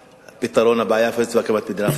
כל זמן שלא יהיה פה שר, הסיטואציה תחזור על עצמה.